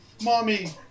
mommy